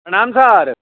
प्रणाम सर